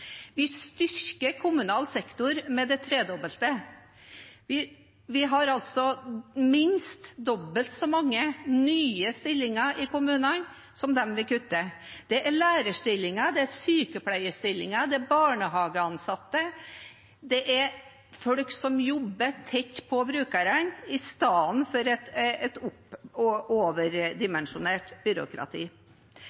Vi styrker kommunal sektor med det tredobbelte. Vi har altså minst dobbelt så mange nye stillinger i kommunene som vi kutter. Det er lærerstillinger, det er sykepleierstillinger, det er barnehageansatte, det er folk som jobber tett på brukerne, istedenfor et